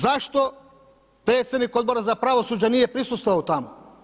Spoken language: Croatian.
Zašto predsjednik Odbora za pravosuđe nije prisustvovao tamo?